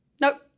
Nope